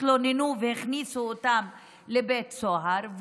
התלוננו והכניסו אותם לבית סוהר,